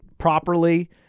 properly